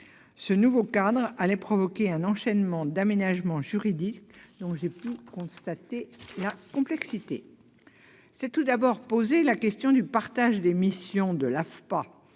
Ce nouveau cadre allait provoquer un enchaînement d'aménagements juridiques, dont j'ai pu constater la complexité. S'est tout d'abord posée la question du partage des missions de l'AFPA.